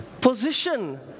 position